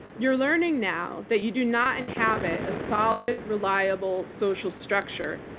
you're learning now that you do not inhabit a solid, reliable social structure,